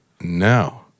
no